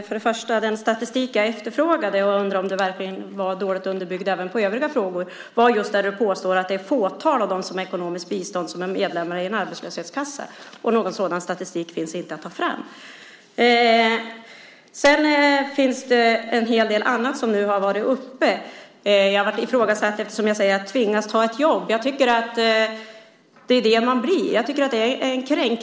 Fru talman! Den statistik jag efterfrågade och undrade om den var dåligt underbyggd även i andra frågor gällde just ministerns påstående att det bara är ett fåtal av dem som får ekonomiskt bistånd som är medlemmar i en arbetslöshetskassa. Någon sådan statistik finns inte. Jag vill kommentera några andra saker som har varit uppe i debatten. Jag blev ifrågasatt eftersom jag talade om att man tvingas att ta ett jobb. Det är ju det man blir.